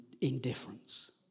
indifference